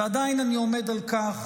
ועדיין אני עומד על כך